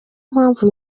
mpamvu